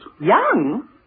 Young